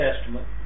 Testament